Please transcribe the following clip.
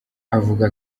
avuga